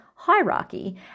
hierarchy